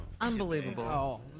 Unbelievable